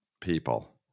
People